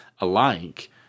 alike